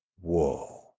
Whoa